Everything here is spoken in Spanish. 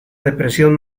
depresión